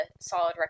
solid